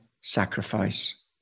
sacrifice